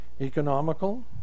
economical